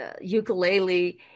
ukulele